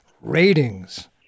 ratings